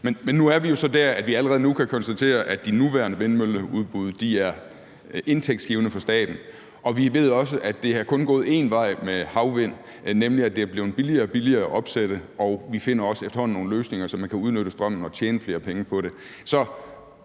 Men nu er vi jo så der, at vi allerede nu kan konstatere, at de nuværende vindmølleudbud er indtægtsgivende for staten, og vi ved også, at det kun er gået én vej med havvindmøller, nemlig at det er blevet billigere og billigere at opsætte, og vi finder efterhånden også nogle løsninger, så man kan udnytte strømmen og tjene flere penge på det.